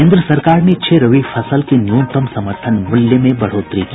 केन्द्र सरकार ने छह रबी फसल के न्यूनतम समर्थन मूल्य में बढ़ोतरी की